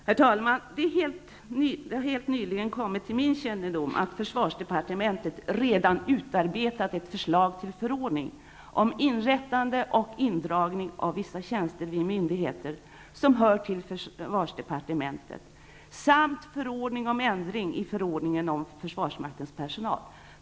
Herr talman! Det har helt nyligen kommit till min kännedom att försvarsdepartementet redan utarbetat ett förslag till förordning om inrättande och indragning av vissa tjänster vid myndigheter som hör till försvarsdepartementet samt förordning om ändring i förordningen om försvarsmaktens personal.